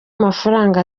amafaranga